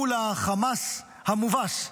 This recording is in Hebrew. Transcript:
מול החמאס המובס,